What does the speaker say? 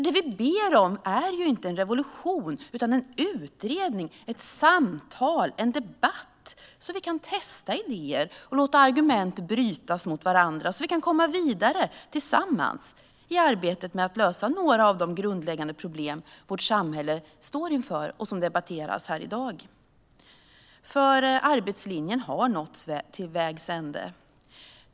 Det vi ber om är inte en revolution, utan en utredning, ett samtal, en debatt, så att vi kan testa idéer och låta argument brytas mot varandra. Då kan vi komma vidare, tillsammans, i arbetet med att lösa några av de grundläggande problem vårt samhälle står inför och som debatteras här i dag. Arbetslinjen har nått vägs ände.